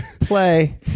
play